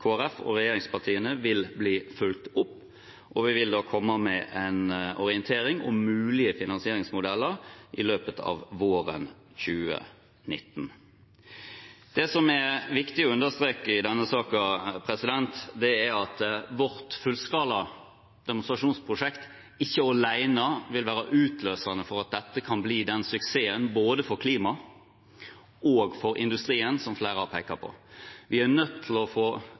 Folkeparti og regjeringspartiene, vil bli fulgt opp, og vi vil komme med en orientering om mulige finansieringsmodeller i løpet av våren 2019. Det som er viktig å understreke i denne saken, er at vårt fullskala demonstrasjonsprosjekt alene ikke vil være utløsende for at dette kan bli den suksessen både for klima og for industrien som flere har pekt på. Vi er nødt til å få